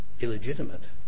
illegitimate